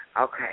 Okay